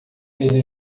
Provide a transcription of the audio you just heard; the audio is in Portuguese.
ele